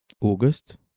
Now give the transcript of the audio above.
August